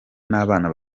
n’abana